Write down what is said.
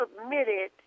submitted